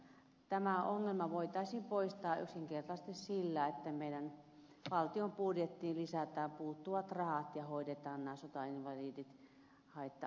tämä ongelma voitaisiin poistaa yksinkertaisesti sillä että meidän valtion budjettiin lisätään puuttuvat rahat ja hoidetaan nämä sotainvalidit haitta asteprosenteista välittämättä